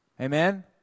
Amen